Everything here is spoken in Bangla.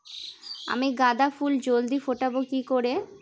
আমি গাঁদা ফুল জলদি ফোটাবো কি করে?